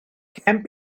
camp